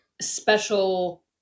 special